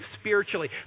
spiritually